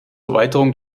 erweiterung